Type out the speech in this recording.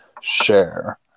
share